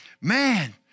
man